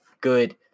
good